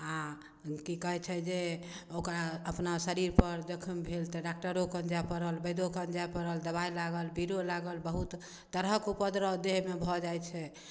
आ की कहै छै जे ओकरा अपना शरीर पर जखम भेल तऽ डॉक्टरो कन जाय पड़ल बैदो कन जाय पड़ल दबाइ लागल भीरो लागल बहुत तरहके उपद्रब देहमे भऽ जाइ छै